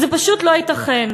זה פשוט לא ייתכן.